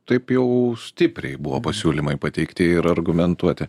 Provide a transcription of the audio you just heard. taip jau stipriai buvo pasiūlymai pateikti ir argumentuoti